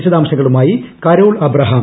വിശദാംശങ്ങളുമായി Carol Abraham